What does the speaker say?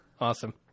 Awesome